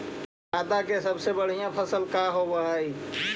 जादा के सबसे बढ़िया फसल का होवे हई?